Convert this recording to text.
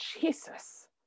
jesus